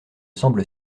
semble